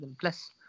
plus